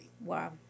Wow